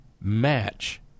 match